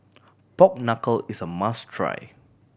pork knuckle is a must try